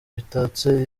bitatse